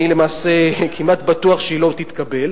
אני למעשה כמעט בטוח שהיא לא תתקבל,